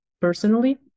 personally